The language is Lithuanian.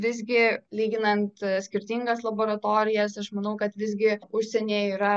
visgi lyginant skirtingas laboratorijas aš manau kad visgi užsienyje yra